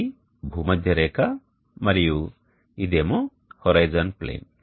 ఇది భూమధ్య రేఖ మరియు ఇదేమో హోరిజోన్ ప్లేన్